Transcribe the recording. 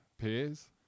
peers